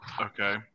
Okay